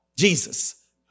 Jesus